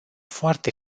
foarte